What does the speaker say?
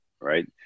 right